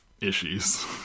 issues